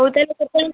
ହଉ ତାହେଲେ ଟୋଟାଲ୍